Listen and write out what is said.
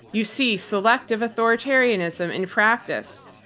you see selective authoritarianism in practice.